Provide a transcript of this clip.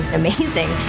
amazing